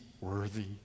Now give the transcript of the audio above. worthy